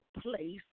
place